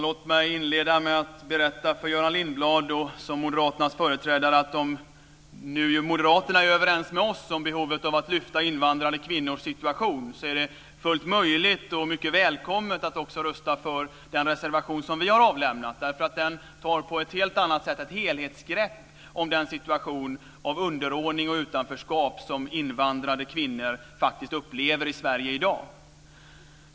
Fru talman! Om det är så att moderaterna är överens med oss om behovet av att lyfta fram invandrade kvinnors situation, är det fullt möjligt och mycket välkommet att också rösta för den reservation som vi har avgett. Den tar på ett helt annat sätt ett helhetsgrepp om den situation med underordning och utanförskap som invandrade kvinnor upplever i Sverige i dag.